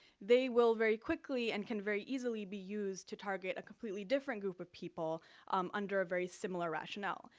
they will very quickly and can very easily be used to target a completely different group of people um under a very similar rationale.